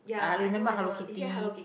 I remember Hello Kitty